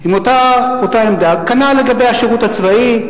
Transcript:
עם אותה עמדה כנ"ל לגבי השירות הצבאי,